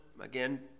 again